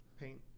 paint